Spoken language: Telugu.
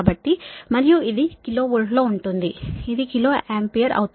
కాబట్టి మరియు ఇది కిలో వోల్ట్ లో ఉంటుంది ఇది కిలో ఆంపియర్ అవుతుంది